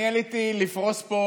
אני עליתי לפרוס פה